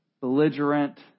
belligerent